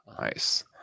nice